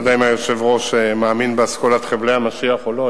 אני לא יודע אם אדוני היושב-ראש מאמין באסכולת חבלי המשיח או לא,